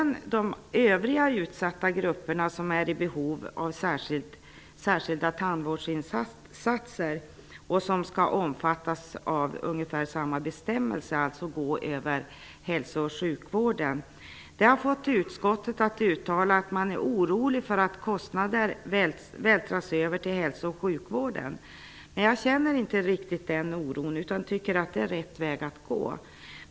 Också övriga utsatta grupper med behov av särskilda tandvårdsinsatser skall omfattas av ungefär samma bestämmelser och alltså gå över hälso och sjukvården. Detta har fått utskottet att uttala att man är orolig över att kostnader vältras över till hälso och sjukvården. Jag känner inte den oron, utan tycker att det är rätt väg att gå.